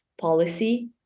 policy